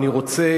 אני רוצה,